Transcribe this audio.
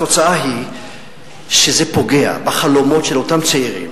התוצאה היא שזה פוגע בחלומות של אותם צעירים